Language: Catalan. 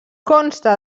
consta